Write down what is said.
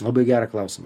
labai gerą klausimą